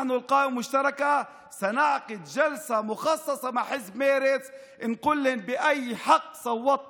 אנחנו, הרשימה המשותפת, נקיים ישיבה מיוחדת